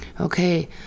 Okay